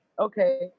okay